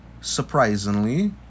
surprisingly